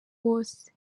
wose